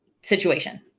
situation